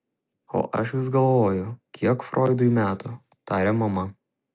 o aš vis galvoju kiek froidui metų tarė mama